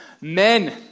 men